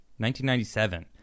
1997